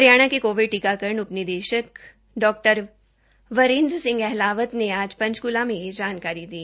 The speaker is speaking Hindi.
हरियाणा के कोविड टीकाकरण उप निदेशक डॉ वरिन्द्र सिंह अहलावत ने आज पंचक्ला में यह जानकारी दी